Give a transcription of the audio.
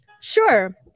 Sure